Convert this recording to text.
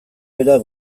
berak